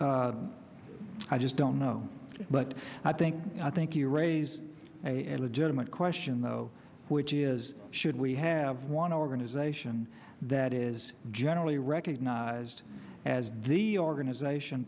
i just don't know but i think i think you raise a legitimate question though which is should we have one organization that is generally recognized as the organization